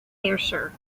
ayrshire